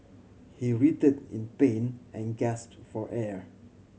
he writhed in pain and gasped for air